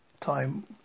time